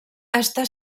està